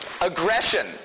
aggression